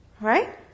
right